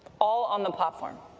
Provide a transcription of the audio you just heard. all on the platform.